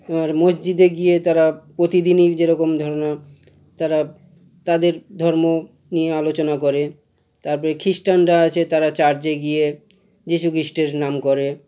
আর মসজিদে গিয়ে তারা প্রতিদিনই যে রকম ধরে নাও তারা তাদের ধর্ম নিয়ে আলোচনা করে তারপরে খিস্টানরা আছে তারা চার্চে গিয়ে যীশু খিস্টের নাম করে